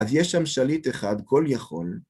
‫אז יש שם שליט אחד, כל יכול.